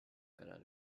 karar